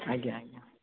ଆଜ୍ଞା ଆଜ୍ଞା